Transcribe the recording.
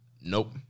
nope